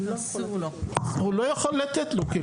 הוא לא יכול --- הוא לא יכול לתת לו.